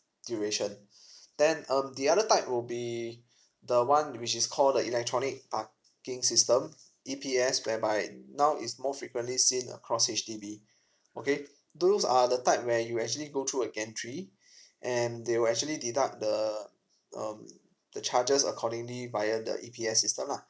duration then um the other type will be the one which is called the electronic parking system E_P_S whereby now is more frequently seen across H_D_B okay those are the type where you'll actually go through at entry and they will actually deduct the um the charges accordingly via the E_P_S system lah